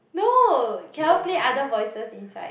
no cannot play other voices inside